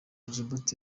egypt